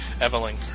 Evelyn